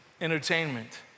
entertainment